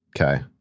Okay